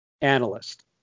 analyst